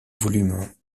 volumes